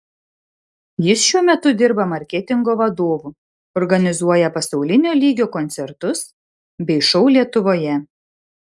jis šiuo metu dirba marketingo vadovu organizuoja pasaulinio lygio koncertus bei šou lietuvoje